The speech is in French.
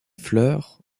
fleurs